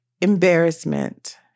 embarrassment